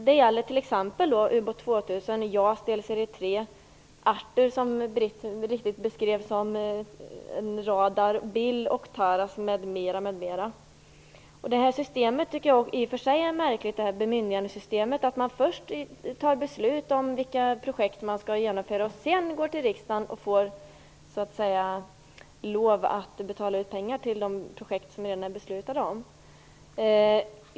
Det gäller t.ex. ubåt 2000, JAS delserie Jag tycker i och för sig att bemyndigandesystemet är märkligt. Man fattar först beslut om vilka projekt man skall genomföra, och sedan går man till riksdagen och får lov att betala ut pengar till de projekt som det redan beslutats om.